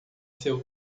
seu